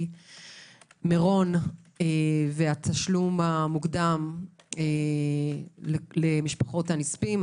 מירון והתשלום המוקדם למשפחות הנספים.